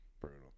Brutal